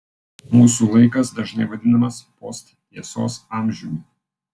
mūsų laikas dažnai vadinamas posttiesos amžiumi